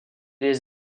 les